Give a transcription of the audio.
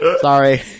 Sorry